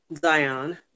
Zion